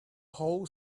whole